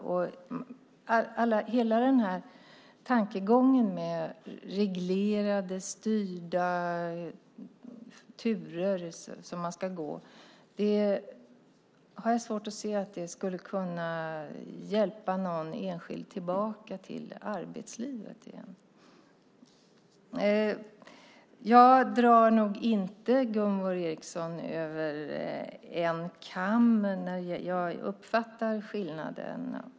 Jag har svårt att se att hela tankegången med reglerade, styrda turer skulle kunna hjälpa någon enskild tillbaka till arbetslivet igen. Jag drar nog inte Gunvor G Ericson och hela oppositionen över en kam. Jag uppfattar skillnaderna.